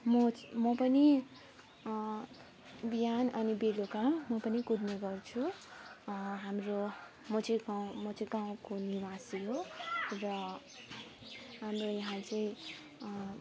म म पनि बिहान अनि बेलुका म पनि कुद्ने गर्छु हाम्रो म चाहिँ गो म चाहिँ गाउँको निवासी हो र हाम्रो यहाँ चाहिँ